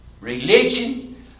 religion